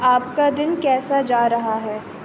آپ کا دن کیسا جا رہا ہے